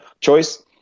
choice